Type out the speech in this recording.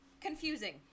confusing